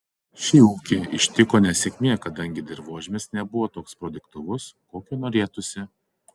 šį ūkį ištiko nesėkmė kadangi dirvožemis nebuvo toks produktyvus kokio norėtųsi